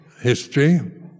history